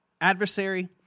adversary